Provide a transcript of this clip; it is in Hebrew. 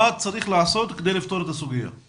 מה צריך לעשות כדי לפתור את הסוגיה?